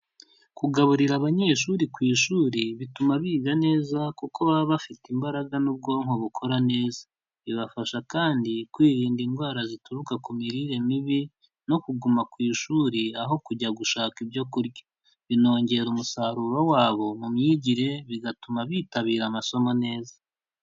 Kugaburira abanyeshuri ku ishuri bituma biga neza kuko baba bafite imbaraga n'ubwonko bukora neza, bibafasha kandi kwirinda indwara zituruka ku mirire mibi no kuguma ku ishuri aho kujya gushaka ibyo kurya, binongera umusaruro wabo mu myigire bigatuma bitabira amasomo neza.